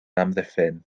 amddiffyn